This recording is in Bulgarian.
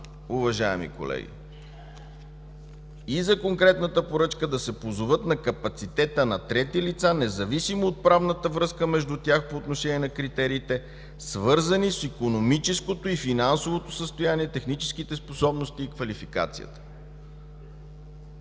уважаеми колеги, „за конкретната поръчка да се позоват на капацитета на трети лица, независимо от правната връзка между тях по отношение на критериите, свързани с икономическото и финансовото състояние, техническите способности и квалификацията”.